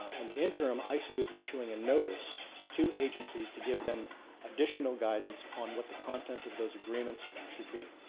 um in the interim isoo is issuing a notice to agencies to give them additional guidance on what the content of those agreements should be.